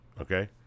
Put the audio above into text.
Okay